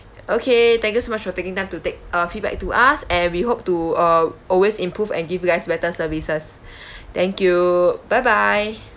okay thank you so much for taking time to take uh feedback to us and we hope to uh always improve and give you guys better services thank you bye bye